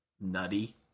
nutty